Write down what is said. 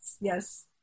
Yes